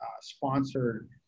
sponsored